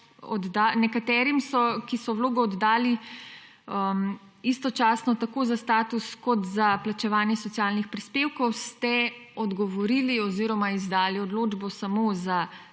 Nekaterim, ki so vlogo oddali istočasno tako za status kot za plačevanje socialnih prispevkov ste izdali odločbo samo za